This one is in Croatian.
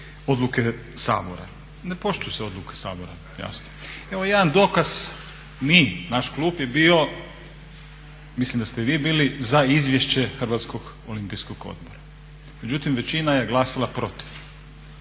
odluke Sabora? Ne poštuju se odluke Sabora jasno. Evo jedan dokaz, mi, naš klub je bio, mislim da ste i vi bili za izvješće Hrvatskog olimpijskog odbora, međutim većina je glasala protiv